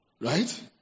Right